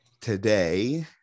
today